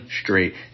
straight